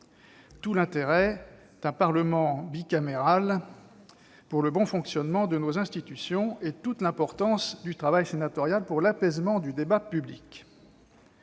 tout l'intérêt d'un Parlement bicaméral pour le bon fonctionnement de nos institutions, et toute l'importance du travail sénatorial pour l'apaisement du débat public.